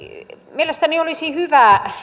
mielestäni olisi hyvä